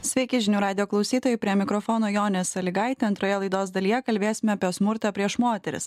sveiki žinių radijo klausytojai prie mikrofono jonė salygaitė antroje laidos dalyje kalbėsime apie smurtą prieš moteris